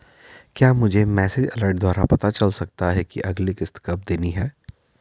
क्या मुझे message alert द्वारा पता चल सकता कि अगली किश्त कब देनी है?